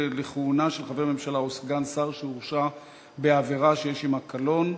לכהונה של חבר הממשלה או סגן שר שהורשע בעבירה שיש עמה קלון),